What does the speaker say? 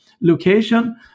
location